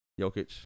Jokic